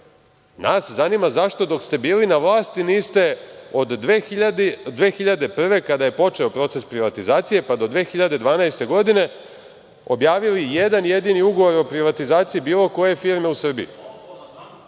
zanima zašto dok ste bili na vlasti niste od 2001. godine kada je počeo proces privatizacije, pa do 2012. godine, objavili jedan jedini ugovor o privatizaciji bilo koje firme u Srbiji? Živo